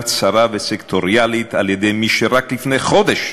צרה וסקטוריאלית על-ידי מי שרק לפני חודש,